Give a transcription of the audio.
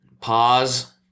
pause